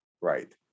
Right